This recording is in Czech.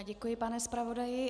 Děkuji, pane zpravodaji.